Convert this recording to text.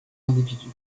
individus